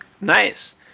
Nice